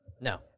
No